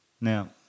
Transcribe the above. Now